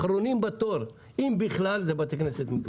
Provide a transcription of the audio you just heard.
אחרונים בתור, אם בכלל, זה בתי כנסת ומקוואות.